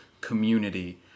community